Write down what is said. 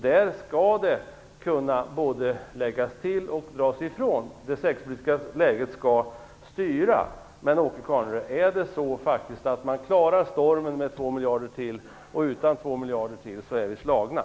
Där skall det kunna både läggas till och dras ifrån. Det säkerhetspolitiska läget skall styra. Men är det faktiskt så, Åke Carnerö, att man klarar stormen med 2 miljarder till och att vi är slagna utan ytterligare 2 miljarder?